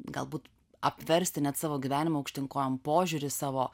galbūt apversti net savo gyvenimą aukštyn kojom požiūrį savo